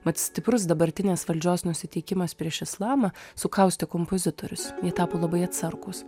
mat stiprus dabartinės valdžios nusiteikimas prieš islamą sukaustė kompozitorius jie tapo labai atsargūs